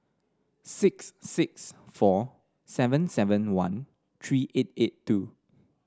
six six four seven seven one three eight eight two